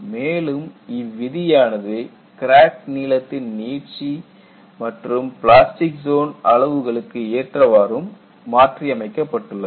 மேலும் இவ்விதியானது கிராக் நீளத்தின் நீட்சி மற்றும் பிளாஸ்டிக் ஜோன் அளவுகளுக்கு ஏற்றவாறும் மாற்றியமைக்கப்பட்டுள்ளது